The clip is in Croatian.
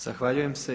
Zahvaljujem se.